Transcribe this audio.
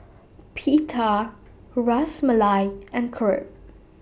Pita Ras Malai and Crepe